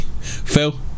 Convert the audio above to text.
Phil